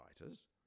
writers